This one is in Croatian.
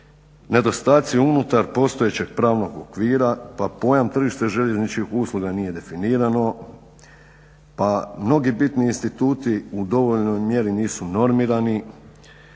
nedostatci unutar postojećeg pravnog okvira, pa pojam tržište željezničkih usluga nije definirano, pa mnogi bitni instituti u dovoljnoj mjeri nisu normirani,